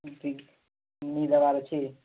ଠିକ୍ ମୁଇଁ ଦେବାର ଅଛି